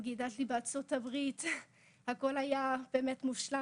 אני גדלתי בארצות הברית והכל היה באמת מושלם